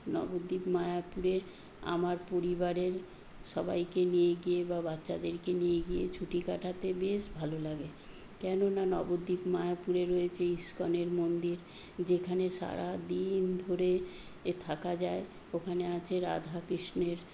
নবদ্বীপ মায়াপুরে আমার পরিবারের সবাইকে নিয়ে গিয়ে বা বাচ্চাদেরকে নিয়ে গিয়ে ছুটি কাটাতে বেশ ভালো লাগে কেননা নবদ্বীপ মায়াপুরে রয়েছে ইসকনের মন্দির যেখানে সারাদিন ধরে এ থাকা যায় ওখানে আছে রাধাকৃষ্ণের